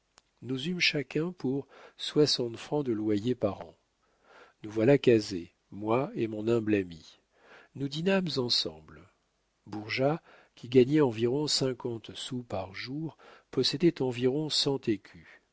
nous eûmes chacun pour soixante francs de loyer par an nous voilà casés moi et mon humble ami nous dînâmes ensemble bourgeat qui gagnait environ cinquante sous par jour possédait environ cent écus